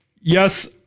yes